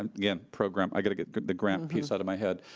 um again program, i gotta get the grant piece out of my head,